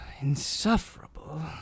insufferable